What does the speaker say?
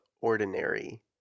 ordinary